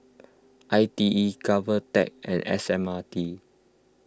I T E Govtech and S M R T